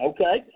Okay